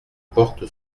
porte